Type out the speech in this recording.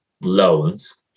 loans